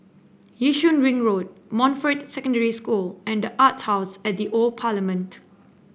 Yishun Ring Road Montfort Secondary School and the Arts House at The Old Parliament